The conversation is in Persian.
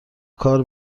کار